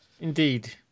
Indeed